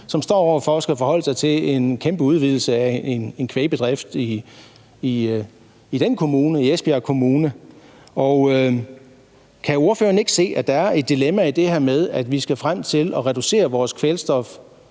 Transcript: som står over for at skulle forholde sig til en kæmpe udvidelse af en kvægbedrift i Esbjerg Kommune. Kan ordføreren ikke se, at der er et dilemma i det her med, at vi skal frem til at reducere vores